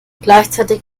gleichzeitig